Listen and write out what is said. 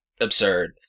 absurd